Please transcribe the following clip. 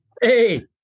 Hey